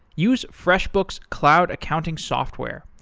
use freshbooks cloud accounting software.